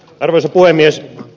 arvoisa puhemies